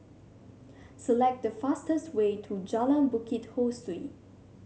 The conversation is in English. select the fastest way to Jalan Bukit Ho Swee